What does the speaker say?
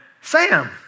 Sam